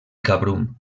cabrum